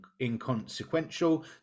inconsequential